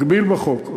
נגביל בחוק,